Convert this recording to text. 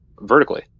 vertically